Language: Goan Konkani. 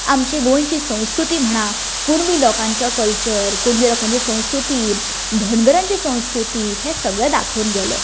आमची गोंयची संस्कृती म्हणा कुणबी लोकांचो कल्चर कुणबी लोकांचे संस्कृती धनगरांची संस्कृती हें सगळें दाखोवन गेले